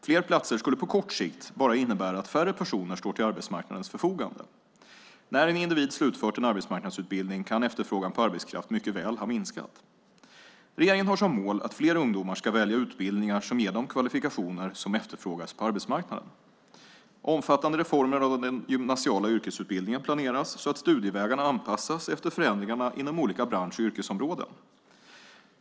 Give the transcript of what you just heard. Fler platser skulle på kort sikt bara innebära att färre personer står till arbetsmarknadens förfogande. När en individ slutfört en arbetsmarknadsutbildning kan efterfrågan på arbetskraft mycket väl ha minskat. Regeringen har som mål att fler ungdomar ska välja utbildningar som ger dem kvalifikationer som efterfrågas på arbetsmarknaden. Omfattande reformer av den gymnasiala yrkesutbildningen planeras så att studievägarna anpassas efter förändringarna inom olika bransch och yrkesområden.